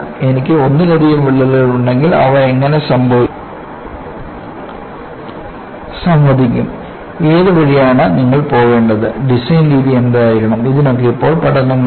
എനിക്ക് ഒന്നിലധികം വിള്ളലുകൾ ഉണ്ടെങ്കിൽ അവ എങ്ങനെ സംവദിക്കും ഏത് വഴിയാണ് നിങ്ങൾ പോകേണ്ടത് ഡിസൈൻ രീതി എന്തായിരിക്കണംഇതിനൊക്കെ ഇപ്പോൾ പഠനങ്ങളുണ്ട്